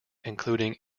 including